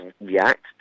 react